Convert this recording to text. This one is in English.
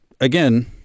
again